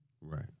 right